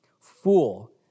fool